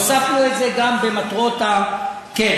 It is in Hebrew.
הוספנו את זה גם במטרות הקרן.